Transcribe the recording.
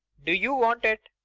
do you waut it?